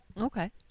Okay